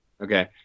Okay